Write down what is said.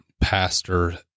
pastor